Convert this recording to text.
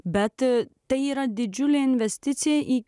bet tai yra didžiulė investicija į